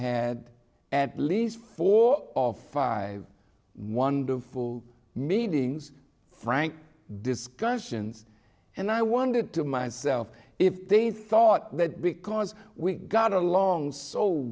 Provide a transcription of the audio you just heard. had at least four of five wonderful meetings frank discussions and i wondered to myself if they thought that because we got along so